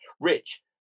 Rich